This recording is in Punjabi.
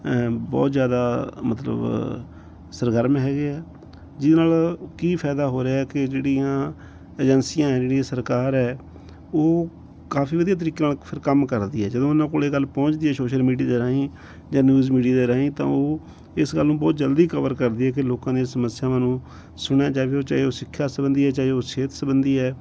ਬਹੁਤ ਜ਼ਿਆਦਾ ਮਤਲਬ ਸਰਗਰਮ ਹੈਗੇ ਆ ਜਿਹਦੇ ਨਾਲ ਕੀ ਫਾਇਦਾ ਹੋ ਰਿਹਾ ਕਿ ਜਿਹੜੀਆਂ ਏਜੰਸੀਆਂ ਜਿਹੜੀਆਂ ਸਰਕਾਰ ਹੈ ਉਹ ਕਾਫੀ ਵਧੀਆ ਤਰੀਕੇ ਨਾਲ ਫਿਰ ਕੰਮ ਕਰਦੀ ਹੈ ਜਦੋਂ ਉਹਨਾਂ ਕੋਲੇ ਗੱਲ ਪਹੁੰਚਦੀ ਹੈ ਸੋਸ਼ਲ ਮੀਡੀਆ ਦੇ ਰਾਹੀਂ ਜਾਂ ਨਿਊਜ਼ ਮੀਡੀਆ ਦੇ ਰਾਹੀਂ ਤਾਂ ਉਹ ਇਸ ਗੱਲ ਨੂੰ ਬਹੁਤ ਜਲਦੀ ਕਵਰ ਕਰਦੀ ਹੈ ਕਿ ਲੋਕਾਂ ਦੀਆਂ ਸਮੱਸਿਆਵਾਂ ਨੂੰ ਸੁਣਿਆ ਜਾਵੇ ਉਹ ਚਾਹੇ ਉਹ ਸਿੱਖਿਆ ਸੰਬੰਧੀ ਹੈ ਚਾਹੇ ਉਹ ਸਿਹਤ ਸੰਬੰਧੀ ਹੈ